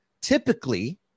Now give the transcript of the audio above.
Typically